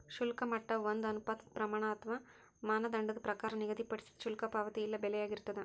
ಶುಲ್ಕದ ಮಟ್ಟ ಒಂದ ಅನುಪಾತದ್ ಪ್ರಮಾಣ ಅಥವಾ ಮಾನದಂಡದ ಪ್ರಕಾರ ನಿಗದಿಪಡಿಸಿದ್ ಶುಲ್ಕ ಪಾವತಿ ಇಲ್ಲಾ ಬೆಲೆಯಾಗಿರ್ತದ